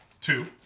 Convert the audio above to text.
Two